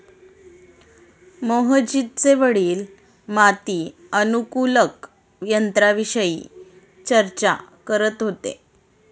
मोहजितचे वडील माती अनुकूलक यंत्राविषयी चर्चा करत होते